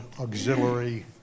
auxiliary